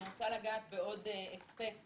אני רוצה לגעת בעוד אספקט,